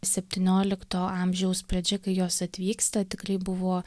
septyniolikto amžiaus pradžia kai jos atvyksta tikrai buvo